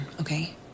okay